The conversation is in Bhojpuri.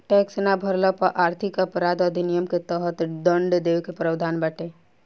टैक्स ना भरला पर आर्थिक अपराध अधिनियम के तहत दंड देवे के प्रावधान बावे